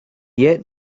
yet